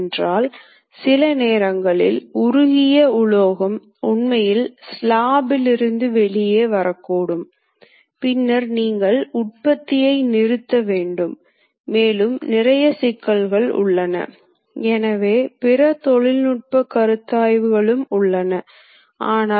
செயல்பாட்டில் திறமையானவர் மட்டுமல்ல பல்வேறு வகையான தொழில்நுட்பங்களிலும் எடுத்துக்காட்டாக பகுதி நிரலை எழுதுதல் போன்றவற்றை உள்ளடக்கிய தொழில்நுட்பத்தில் திறமையானவர்களாக இருக்க வேண்டும்